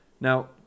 Now